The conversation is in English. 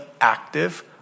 active